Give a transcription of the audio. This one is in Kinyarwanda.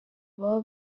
baba